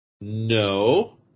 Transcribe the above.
No